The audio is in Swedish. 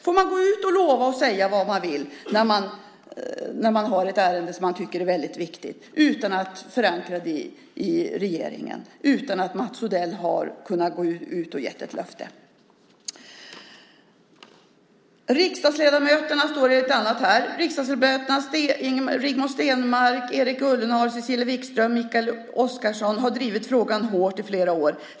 Får man lova och säga vad man vill i ett ärende som man tycker är väldigt viktigt, utan att förankra det i regeringen, utan att Mats Odell har kunnat ge ett löfte? På ett annat ställe står det: Riksdagsledamöterna Rigmor Stenmark, Erik Ullenhag, Cecilia Wikström och Mikael Oscarsson har drivit frågan hårt i flera år.